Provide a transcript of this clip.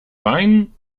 wein